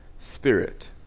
spirit